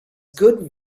good